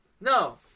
No